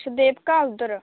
अच्छा देवका उद्धर